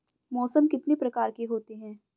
मौसम कितने प्रकार के होते हैं?